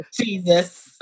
Jesus